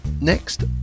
next